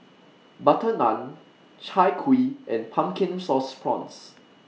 Butter Naan Chai Kuih and Pumpkin Sauce Prawns